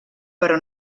però